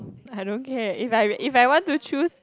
I don't care if I if I want to choose